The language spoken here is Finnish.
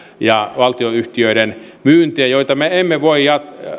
ja valtionyhtiöiden myyntejä joita me emme voi